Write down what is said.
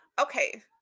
okay